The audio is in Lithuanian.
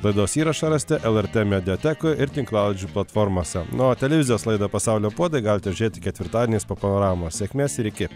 laidos įrašą rasite lrt mediatekoj ir tinklalaidžių platformose nu o televizijos laida pasaulio puodai galite žiūrėti ketvirtadieniais po panoramos sėkmės ir iki